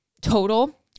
total